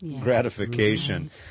gratification